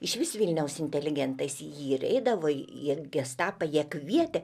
išvis vilniaus inteligentais ji ir eidavo į gestapą ją kvietė